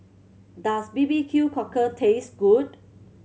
does B B Q Cockle taste good